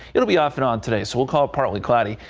it will be often on today's we'll call partly cloudy.